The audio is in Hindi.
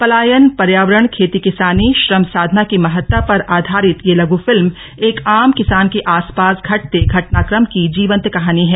पलायन पर्यावरण खेती किसानी श्रम साधना की महत्ता पर आधारित यह लघ फिल्म एक आम किसान के आस पास घटते घटनाक्रम की जीवंत कहानी है